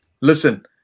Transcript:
listen